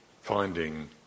finding